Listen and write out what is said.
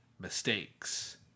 mistakes